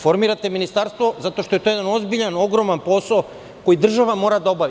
Formirate ministarstvo zato što je to jedan ozbiljan, ogroman posao koji država mora da obavi.